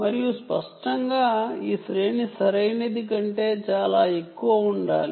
మరియు స్పష్టంగా ఈ శ్రేణి సరైనది కంటే చాలా ఎక్కువ ఉండాలి